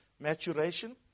Maturation